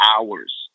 hours